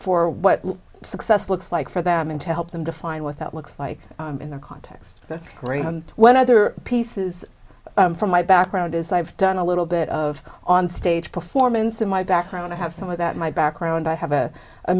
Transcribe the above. for what success looks like for them and to help them define what that looks like in the context that's great when other pieces from my background is i've done a little bit of on stage performance of my background i have some of that my background i have a